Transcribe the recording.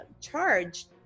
charge